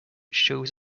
shows